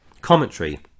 commentary